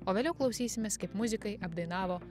o vėliau klausysimės kaip muzikai apdainavo